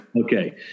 Okay